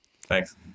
Thanks